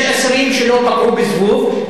יש אסירים שלא פגעו בזבוב,